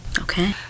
Okay